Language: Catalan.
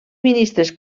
ministres